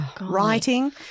Writing